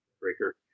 breaker